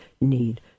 need